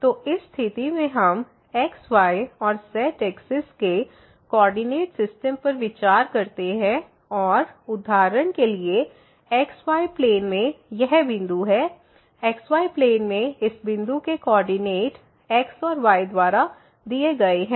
तो इस स्थिति में हम xy और z एक्सिस के कोऑर्डिनेट सिस्टम पर विचार करते है और उदाहरण के लिए x y प्लेन में यह बिंदु है xy प्लेन में इस बिंदु के कोऑर्डिनेट x और yके द्वारा दिए गए हैं